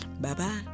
Bye-bye